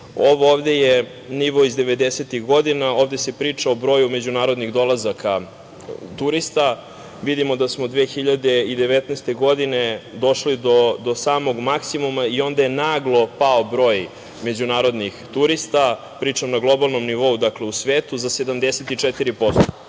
ovo ovde je nivo iz 90-ih godina i ovde se priča o broju međunarodnih dolazaka turista. Vidimo da smo 2019. godine došli do samog maksimuma i onda je naglo pao broj međunarodnih turista, pričam na globalnom nivou, na svetu za 74%.